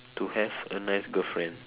to have a nice girlfriend